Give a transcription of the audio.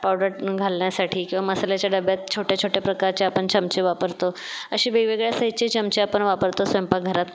powder घालण्यासाठी किंवा मसाल्याच्या डब्यात छोट्या छोट्या प्रकारचे आपण चमचे वापरतो अशी वेगवेगळ्या साइजचे चमचे आपण वापरतो स्वयंपाकघरात